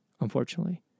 unfortunately